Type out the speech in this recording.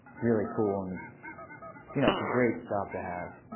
really cool. and it's you know it's a great job to have.